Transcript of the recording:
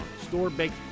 Store-baked